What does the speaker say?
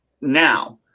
now